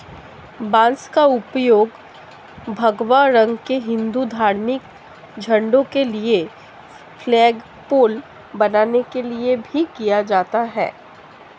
बांस का उपयोग भगवा रंग के हिंदू धार्मिक झंडों के लिए फ्लैगपोल बनाने के लिए भी किया जाता है